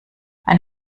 ein